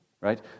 right